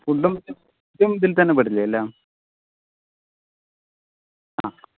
ഫുഡും ഇതിൽ തന്നെ പെടില്ലേ എല്ലാം ആ